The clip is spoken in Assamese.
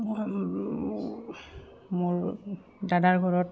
মই মোৰ দাদাৰ ঘৰত